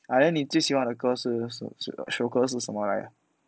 ah then 你最喜欢的歌是是首歌是什么来的